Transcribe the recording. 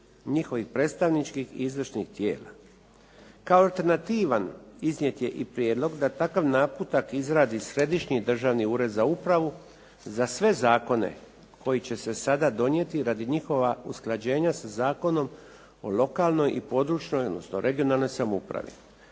njihovih predstavničkih, izvršnih tijela. Kao internativan iznjet je i prijedlog da takav naputak izradi Središnji ured za upravu za sve zakone koji će se sada donijeti radi njihova usklađenja sa Zakonom o lokalnoj i područnoj, odnosno regionalnoj samoupravi.